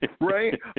right